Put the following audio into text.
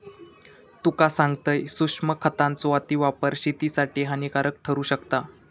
तुका सांगतंय, सूक्ष्म खतांचो अतिवापर शेतीसाठी हानिकारक ठरू शकता